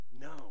No